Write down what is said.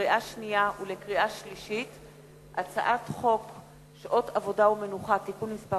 לקריאה שנייה ולקריאה שלישית: הצעת חוק שעות עבודה ומנוחה (תיקון מס'